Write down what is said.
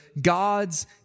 God's